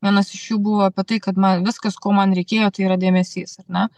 vienas iš jų buvo apie tai kad man viskas ko man reikėjo tai yra dėmesys ar ne